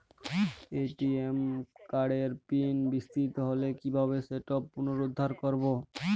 ATM কার্ডের PIN বিস্মৃত হলে কীভাবে সেটা পুনরূদ্ধার করব?